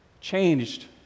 Changed